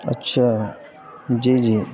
اچھا جی جی